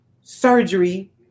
surgery